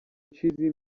چیزی